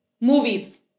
Movies